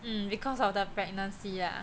mm because of the pregnancy lah